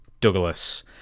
Douglas